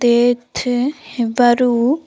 death ହେବାରୁ